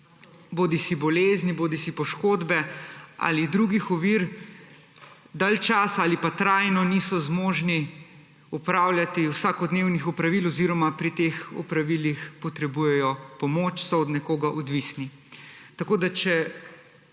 bodisi bolezni bodisi poškodbe ali drugih ovir dlje časa, ali pa trajno, niso zmožni opravljati vsakodnevnih opravil oziroma pri teh opravilih potrebujejo pomoč, so od nekoga odvisni. Tako, če